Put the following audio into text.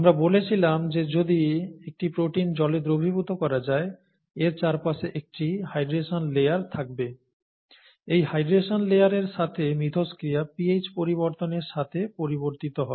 আমরা বলেছিলাম যে যদি একটি প্রোটিন জলে দ্রবীভূত করা হয় এর চারপাশে একটি হাইড্রেশন লেয়ার থাকবে এই হাইড্রেশন লেয়ারের সাথে মিথস্ক্রিয়া pH পরিবর্তনের সাথে পরিবর্তিত হয়